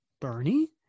Bernie